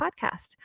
podcast